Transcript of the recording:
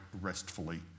restfully